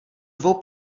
dvou